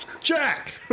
Jack